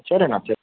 சரி அண்ணா சரி